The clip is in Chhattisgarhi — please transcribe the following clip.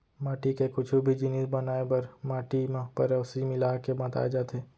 माटी के कुछु भी जिनिस बनाए बर माटी म पेरौंसी मिला के मताए जाथे